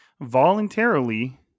voluntarily